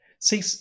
See